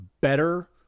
better